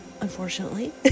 unfortunately